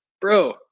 bro –